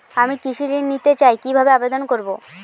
আমি কৃষি ঋণ নিতে চাই কি ভাবে আবেদন করব?